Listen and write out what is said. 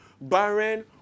barren